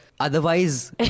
Otherwise